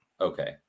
Okay